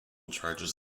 charges